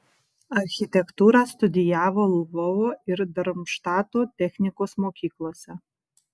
architektūrą studijavo lvovo ir darmštato technikos mokyklose